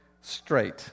straight